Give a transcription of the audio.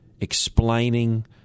explaining